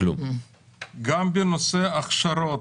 אלו לא אנשים עצלנים,